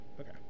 Okay